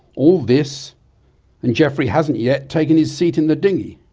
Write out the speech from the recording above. all this and geoffrey hasn't yet taken his seat in the dinghy.